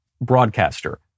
broadcaster